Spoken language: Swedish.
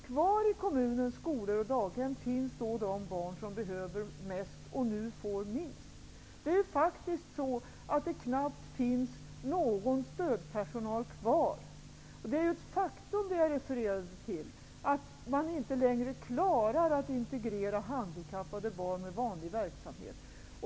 Kvar blir de barn som behöver mest men som får minst. Det finns faktiskt knappt någon stödpersonal kvar i kommunernas verksamhet. Det är ett faktum att man inte längre klarar att integrera handikappade barn med vanlig verksamhet.